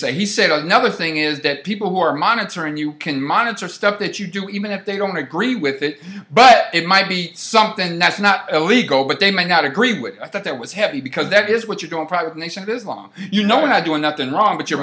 say he said another thing is that people who are monitoring you can monitor stuff that you do even if they don't agree with it but it might be something that's not illegal but they might not agree with i thought that was heavy because that is what you do in private and they said this long you know we're not doing nothing wrong but you